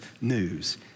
news